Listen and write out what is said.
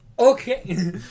Okay